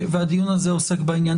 והדיון הזה עוסק בעניין.